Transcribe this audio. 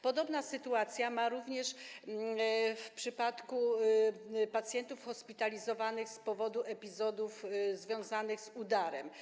Podobna sytuacja ma również miejsce w przypadku pacjentów hospitalizowanych z powodu epizodów związanych z udarem.